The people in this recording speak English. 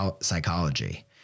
psychology